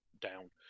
down